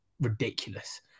ridiculous